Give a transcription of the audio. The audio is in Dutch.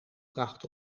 bracht